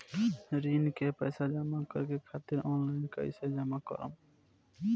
ऋण के पैसा जमा करें खातिर ऑनलाइन कइसे जमा करम?